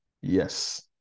Yes